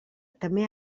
també